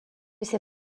ses